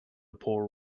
poor